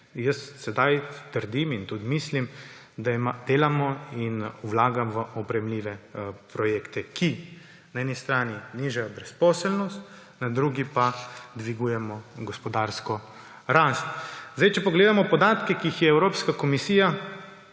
Jaz sedaj trdim in tudi mislim, da delamo in vlagamo v oprijemljive projekte, ki na eni strani nižajo brezposelnost, na drugi pa dvigujejo gospodarsko rast. Če pogledamo podatke, ki jih je Evropska komisija